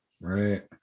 Right